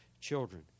children